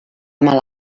mal